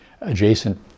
adjacent